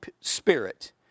Spirit